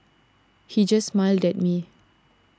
he just smiled at me